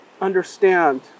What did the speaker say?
understand